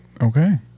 Okay